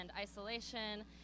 isolation